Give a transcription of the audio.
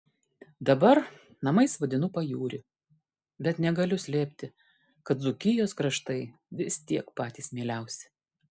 dabar namais vadinu pajūrį bet negaliu slėpti kad dzūkijos kraštai vis tiek patys mieliausi